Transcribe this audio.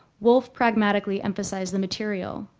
wolf pragmatically emphasize the material.